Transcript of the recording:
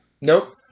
Nope